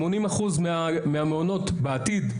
שמונים אחוז מהמעונות בעתיד,